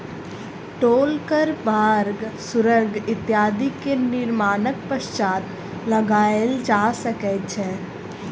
टोल कर मार्ग, सुरंग इत्यादि के निर्माणक पश्चात लगायल जा सकै छै